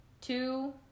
two